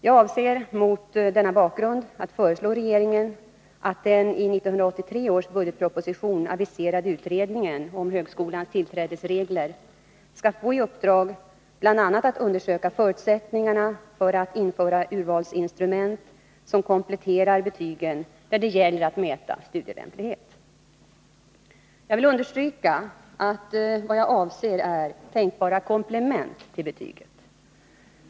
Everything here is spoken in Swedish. Jag avser mot denna bakgrund att föreslå regeringen att den i 1983 års budgetproposition aviserade utredningen om högskolans tillträdesregler skall få i uppdrag bl.a. att undersöka förutsättningarna för att införa urvalsinstrument som kompletterar betygen när det gäller att mäta studielämplighet. Jag vill understryka att vad jag avser är tänkbara komplement till betygen.